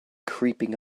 creeping